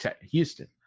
Houston